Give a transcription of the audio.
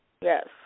Yes